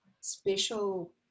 special